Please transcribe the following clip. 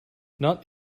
not